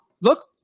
look